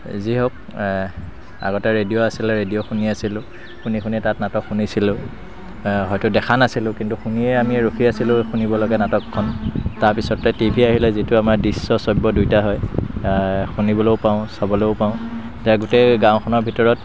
যি হওক আগতে ৰেডিঅ' আছিলে ৰেডিঅ' শুনি আছিলোঁ শুনি শুনি তাত নাটক শুনিছিলোঁ হয়তো দেখা নাছিলোঁ কিন্তু শুনিয়েই আমি ৰখি আছিলোঁ শুনিবলৈকে নাটকখন তাৰপিছতে টি ভি আহিলে টি ভিটো আমাৰ দৃশ্য শ্ৰাব্য দুইটা হয় শুনিবলৈও পাওঁ চাবলৈও পাওঁ তেতিয়া গোটেই গাঁওখনৰ ভিতৰত